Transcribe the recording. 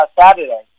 Saturday